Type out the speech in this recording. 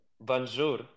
bonjour